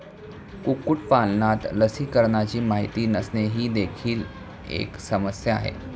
कुक्कुटपालनात लसीकरणाची माहिती नसणे ही देखील एक समस्या आहे